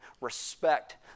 respect